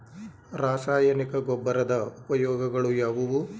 ರಾಸಾಯನಿಕ ಗೊಬ್ಬರದ ಉಪಯೋಗಗಳು ಯಾವುವು?